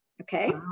Okay